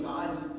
God's